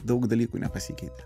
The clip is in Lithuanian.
daug dalykų nepasikeitė